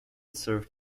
served